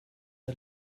der